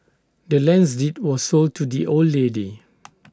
the land's deed was sold to the old lady